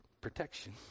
Protection